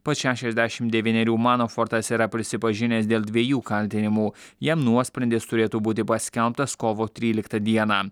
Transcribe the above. pats šešiasdešimt devynerių mano fordas yra prisipažinęs dėl dviejų kaltinimų jam nuosprendis turėtų būti paskelbtas kovo tryliktą dieną